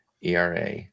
ERA